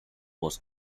was